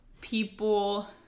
people